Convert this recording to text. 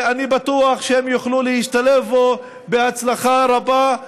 אני בטוח שהם יוכלו להשתלב בו בהצלחה רבה.